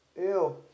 Ew